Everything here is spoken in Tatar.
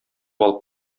алып